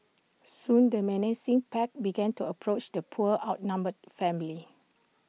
soon the menacing pack began to approach the poor outnumbered family